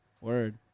word